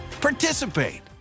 participate